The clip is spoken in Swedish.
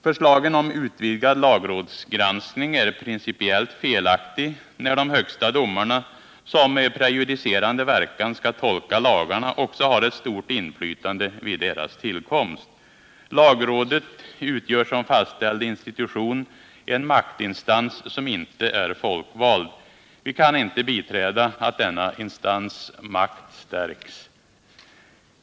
Förslaget om utvidgad lagrådsgranskning är principiellt felaktigt, när våra högsta domare, som med prejudicerande verkan skall tolka lagarna, också har ett stort inflytande vid deras tillkomst. Lagrådet utgör som fastställd institution en maktinstans som inte är folkvald. Vi kan inte biträda att makten hos denna instans stärks.